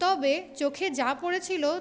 তবে চোখে যা পড়েছিল